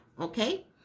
okay